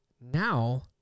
now